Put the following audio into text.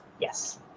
Yes